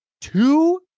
two